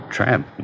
Tramp